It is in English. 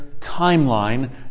timeline